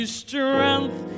strength